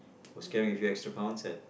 was carrying a few extra pounds had